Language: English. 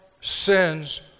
sins